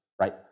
right